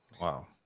Wow